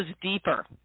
deeper